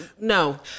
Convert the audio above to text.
No